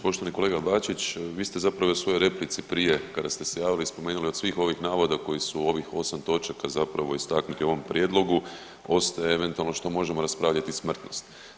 Poštovani kolega Bačić, vi ste zapravo i u svojoj replici prije kada ste se javili i spomenuli od svih ovih navoda koji su u ovih 8 točaka zapravo istaknuti u ovom prijedlogu ostaje eventualno što možemo raspravljati smrtnost.